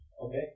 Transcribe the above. Okay